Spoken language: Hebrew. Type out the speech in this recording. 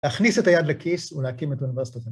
‫להכניס את היד לכיס ‫ולהקים את האוניברסיטה שלנו.